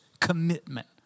commitment